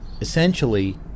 essentially